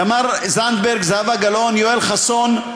תמר זנדברג, זהבה גלאון, יואל חסון,